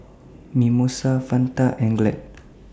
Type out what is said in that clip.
Mimosa Fanta and Glad